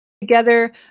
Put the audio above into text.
Together